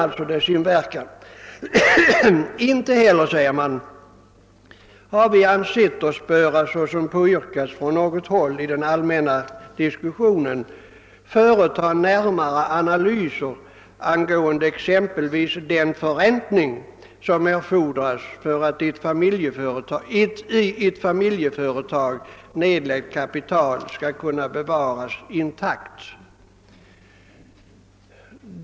Man säger sig inte heller — som i den allmänna diskussionen påyrkats från något håll — behöva företa närmare analyser angående exempelvis den förräntning som erfordras för att ett i familjeföretag nedlagt kapital skall kunna bevaras intakt.